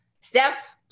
Steph